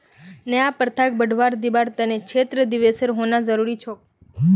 नया प्रथाक बढ़वा दीबार त न क्षेत्र दिवसेर होना जरूरी छोक